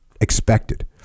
expected